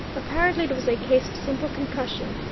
apparently it was a case of simple concussion,